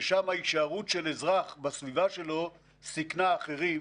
ששם ההישארות של אזרח בסביבה שלו סיכנה אחרים,